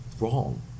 wrong